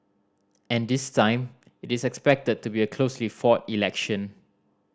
and this time it is expected to be a closely fought election